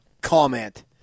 comment